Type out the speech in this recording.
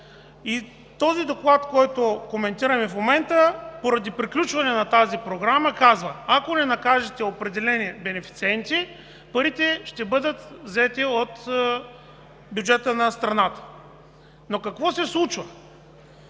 този доклад, който коментираме в момента и поради приключване на тази програма, казва: „Ако не накажете определени бенефициенти, парите ще бъдат взети от бюджета на страната.“ Но какво се случва?